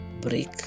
break